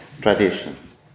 traditions